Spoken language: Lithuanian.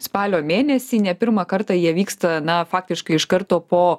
spalio mėnesį ne pirmą kartą jie vyksta na faktiškai iš karto po